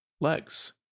Legs